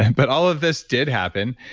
and but all of this did happen.